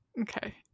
Okay